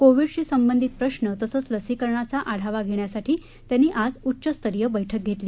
कोविडशी संबंधित प्रश्र तसंच लसीकरणाचा आढावा घेण्यासाठी त्यांनी आज उच्चस्तरीय बैठक घेतली